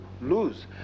lose